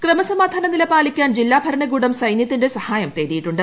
ക്രമസമാധാനനില പാലിക്കാൻ ജില്ലാ ഭരണകൂടം സൈനൃത്തിന്റെ സഹായം തേടിയിട്ടുണ്ട്